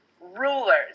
rulers